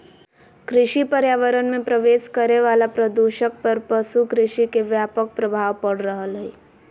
कृषि पर्यावरण मे प्रवेश करे वला प्रदूषक पर पशु कृषि के व्यापक प्रभाव पड़ रहल हई